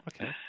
Okay